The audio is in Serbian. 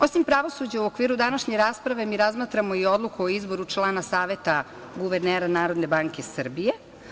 Osim pravosuđa u okviru današnje rasprave mi razmatramo i Odluku o izboru članova Saveta guvernera NBS.